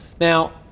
now